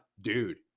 dude